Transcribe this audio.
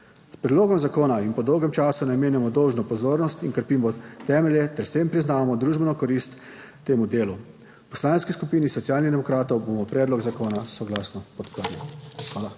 S predlogom zakona jim po dolgem času namenjamo dolžno pozornost in krepimo temelje ter s tem priznamo družbeno korist temu delu. V Poslanski skupini Socialnih demokratov bomo predlog zakona soglasno podprli. Hvala.